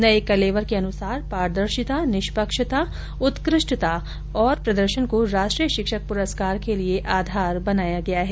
नये कलेवर के अनुरूप पारदर्शिता निष्पक्षता उत्कृष्टता और प्रदर्शन को राष्ट्रीय शिक्षक पुरस्कार के लिए आधार बनाया गया है